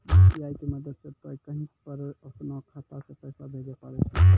UPI के मदद से तोय कहीं पर अपनो खाता से पैसे भेजै पारै छौ